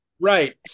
Right